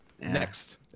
Next